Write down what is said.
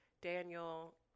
Daniel